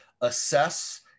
assess